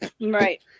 Right